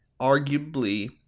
arguably